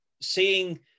seeing